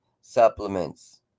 supplements